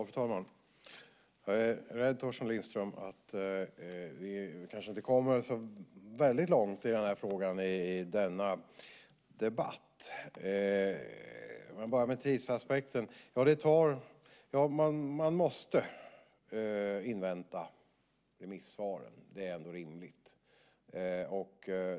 Fru talman! Jag är rädd, Torsten Lindström, att vi kanske inte kommer så väldigt långt i den här frågan i denna debatt. Jag börjar med tidsaspekten, och man måste invänta remissvaren. Det är ändå rimligt.